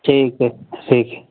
ठीक है ठीक है